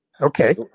Okay